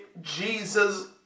Jesus